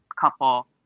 couple